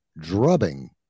drubbing